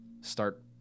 start